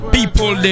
People